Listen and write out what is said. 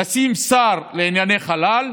נשים שר לענייני חלל,